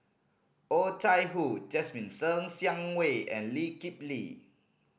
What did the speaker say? Oh Chai Hoo Jasmine Ser Xiang Wei and Lee Kip Lee